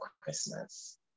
Christmas